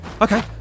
okay